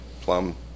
Plum